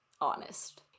honest